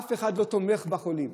אף אחד לא תומך בחולים,